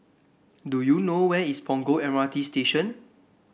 do you know where is Punggol M R T Station